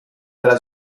della